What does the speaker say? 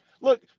look